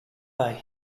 they